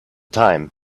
time